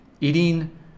eating